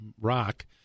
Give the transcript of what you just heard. rock